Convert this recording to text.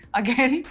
again